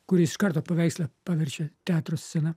kuris iš karto paveikslą paverčia teatro scena